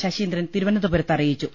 ശശീന്ദ്രൻ തിരുവനന്തപു രത്ത് അറിയിച്ചു